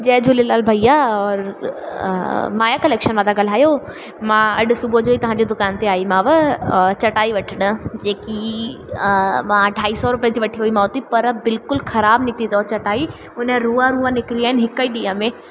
जय झूलेलाल भईया और माया कलेक्शन मां था ॻाल्हायो मां अॼु सुबुह जो तव्हांजे दुकान ते आईमांव चटाई वठणु जेकी मां अढाई सौ रुपए जी वठी वईमांव थी पर बिल्कुलु ख़राबु निकिती अथव चटाई उन जा रूआ रूआ निकिरी विया आहिनि हिकु ई ॾींहुं में